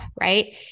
right